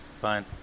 Fine